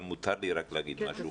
אבל מותר לי להגיד משהו.